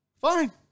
Fine